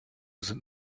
sind